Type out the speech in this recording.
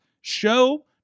show